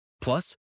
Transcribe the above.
Plus